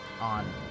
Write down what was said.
on